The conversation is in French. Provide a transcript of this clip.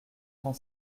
cent